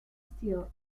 steel